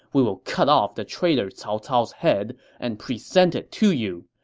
we will cut off the traitor cao cao's head and present it to you.